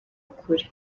ukuri